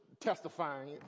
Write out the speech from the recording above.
testifying